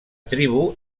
tribu